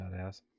badass